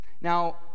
Now